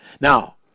Now